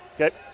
Okay